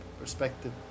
perspective